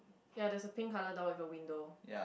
ya there is a pink colour door with a window